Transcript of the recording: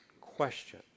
question